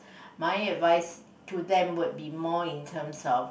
my advice to them would be more in terms of